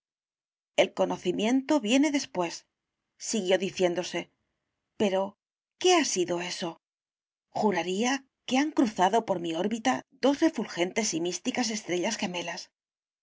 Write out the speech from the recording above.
el conocimiento viene después siguió diciéndose pero qué ha sido eso juraría que han cruzado por mi órbita dos refulgentes y místicas estrellas gemelas